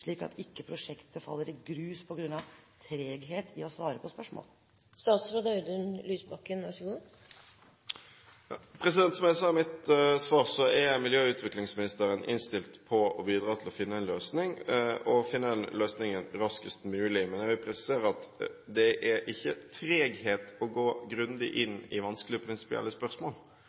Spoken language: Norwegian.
slik at prosjektet ikke faller i grus på grunn av treghet i å svare på spørsmål? Som jeg sa i mitt svar, er miljø- og utviklingsministeren innstilt på å bidra til å finne en løsning – og finne den løsningen raskest mulig. Men jeg vil presisere at det ikke er treghet å gå grundig inn i vanskelige prinsipielle spørsmål.